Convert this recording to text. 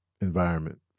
environment